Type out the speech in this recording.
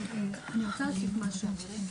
אני רוצה להוסיף משהו.